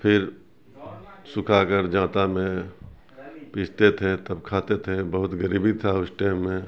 پھر سکھا کر جانتا میں پیستے تھے تب کھاتے تھے بہت غریبی تھا اس ٹائم میں